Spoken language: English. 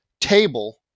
table